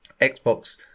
Xbox